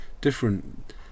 different